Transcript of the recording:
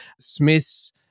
Smith's